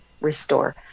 restore